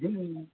હુમ